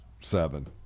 seven